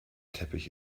teppich